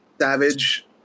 savage